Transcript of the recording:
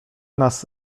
nas